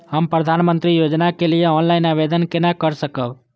हम प्रधानमंत्री योजना के लिए ऑनलाइन आवेदन केना कर सकब?